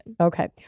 Okay